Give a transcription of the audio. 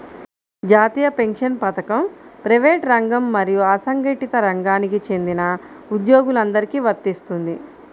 జాతీయ పెన్షన్ పథకం ప్రైవేటు రంగం మరియు అసంఘటిత రంగానికి చెందిన ఉద్యోగులందరికీ వర్తిస్తుంది